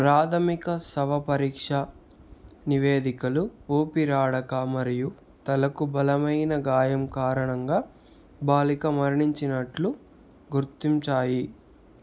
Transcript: ప్రాథమిక శవపరీక్ష నివేదికలు ఊపిరాడక మరియు తలకు బలమైన గాయం కారణంగా బాలిక మరణించినట్లు గుర్తించాయి